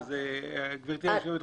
גבירתי היו"ר,